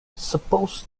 suppose